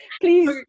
Please